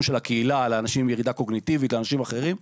הקהילה עבור אנשים עם ירידה קוגניטיבית ואנשים אחרים,